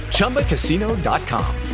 Chumbacasino.com